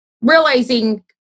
realizing